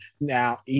Now